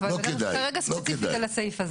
אבל, אנחנו כרגע ספציפית על הסעיף הזה.